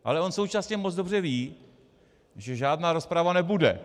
Ale on současně moc dobře ví, že žádná rozprava nebude.